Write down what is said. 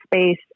space